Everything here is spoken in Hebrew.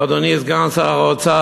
אדוני סגן שר האוצר,